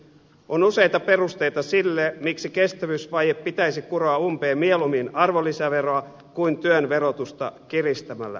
on useita perusteita sille miksi kestävyysvaje pitäisi kuroa umpeen mieluummin arvonlisäveroa kuin työn verotusta kiristämällä